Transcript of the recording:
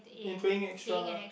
in paying extra lah